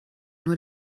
nur